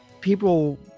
people